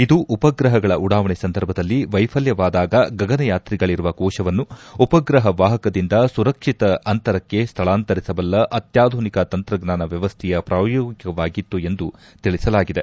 ಇದು ಉಪಗ್ರಹಗಳ ಉಡಾವಣೆ ಸಂದರ್ಭದಲ್ಲಿ ವೈಫಲ್ಕವಾದಾಗ ಗಗನ ಯಾತ್ರಿಗಳಿರುವ ಕೋಶವನ್ನು ಉಪಗ್ರಹ ವಾಪಕದಿಂದ ಸುರಕ್ಷಿತ ಅಂತರಕ್ಕೆ ಸ್ಥಳಾಂತರಿಸಬಲ್ಲ ಅತ್ಯಾಧುನಿಕ ತಂತ್ರಜ್ಞಾನ ವ್ವವಸ್ಥೆಯ ಪ್ರಯೋಗವಾಗಿತ್ತು ಎಂದು ತಿಳಿಸಲಾಗಿದೆ